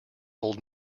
old